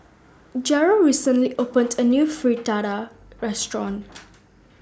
Jerrell recently opened A New Fritada Restaurant